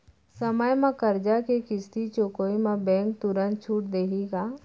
समय म करजा के किस्ती चुकोय म बैंक तुरंत छूट देहि का?